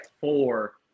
four